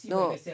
no